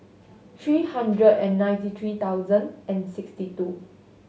three hundred and ninety three thousand and sixty two